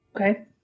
Okay